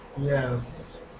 Yes